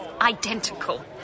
identical